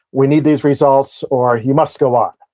we need these results, or you must go on.